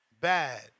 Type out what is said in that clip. bad